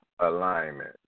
alignment